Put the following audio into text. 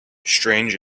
strange